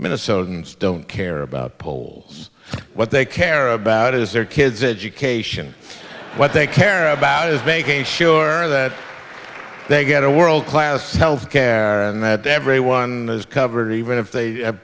minnesotans don't care about polls what they care about is their kids education what they care about is making sure that they get a world class health care and that everyone is covered even if they have